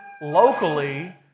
locally